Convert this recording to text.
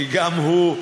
כי גם הוא,